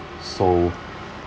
so